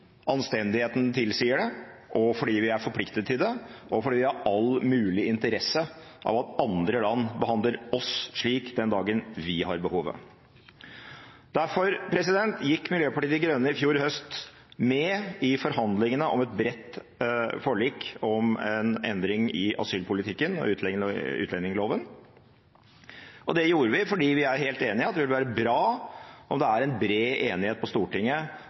anstendigheten tilsier det, fordi vi er forpliktet til det, og fordi vi har all mulig interesse av at andre land behandler oss slik den dagen vi har behovet. Derfor gikk Miljøpartiet De Grønne i fjor høst med i forhandlingene om et bredt forlik om en endring i asylpolitikken og utlendingsloven, og det gjorde vi fordi vi er helt enig i at det vil være bra om det er en bred enighet på Stortinget